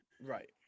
right